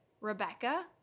Rebecca